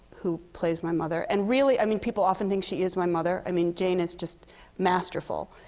who plays my mother. and really i mean, people often think she is my mother. i mean, jane is just masterful.